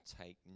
take